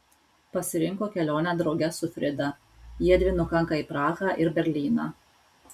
pasirinko kelionę drauge su frida jiedvi nukanka į prahą ir berlyną